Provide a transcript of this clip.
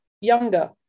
younger